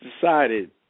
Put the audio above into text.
decided